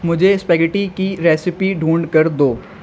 مجھے اسپگیٹی کی ریسیپی ڈھونڈ کر دو